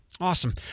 Awesome